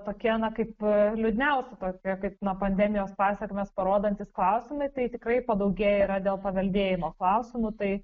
tokie na kaip liūdniausi tokie kaip na pandemijos pasekmes parodantys klausimai tai tikrai padaugėję yra dėl paveldėjimo klausimų tai